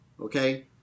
Okay